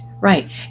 right